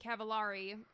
Cavallari